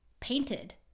painted